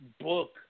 book